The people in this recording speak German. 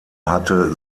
hatte